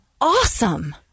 awesome